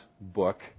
book